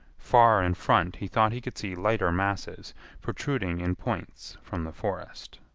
far in front he thought he could see lighter masses protruding in points from the forest.